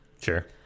Sure